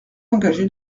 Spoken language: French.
engagé